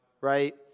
right